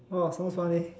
orh sounds fun leh